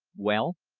well,